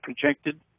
projected